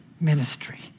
ministry